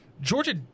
Georgia